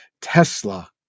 tesla